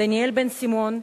דניאל בן-סימון,